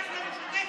לך למשותפת,